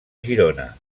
girona